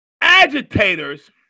agitators